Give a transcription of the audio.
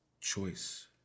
choice